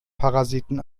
parasiten